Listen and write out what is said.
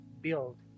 Build